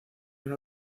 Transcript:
una